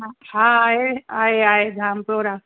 ह हा आहे आहे आहे जाम खोड़ आहे